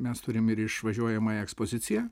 mes turim ir išvažiuojamąją ekspoziciją